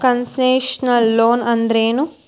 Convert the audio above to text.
Concessional loan ಅಂದ್ರೇನು?